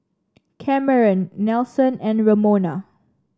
Cameron Nelson and Ramona